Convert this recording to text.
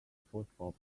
football